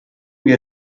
wir